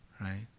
right